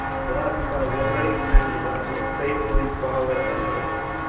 guarded by the brave men who have so faithfully followed her husband.